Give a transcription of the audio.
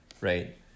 right